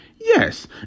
yes